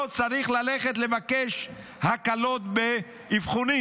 לא צריך ללכת לבקש הקלות באבחונים.